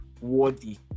worthy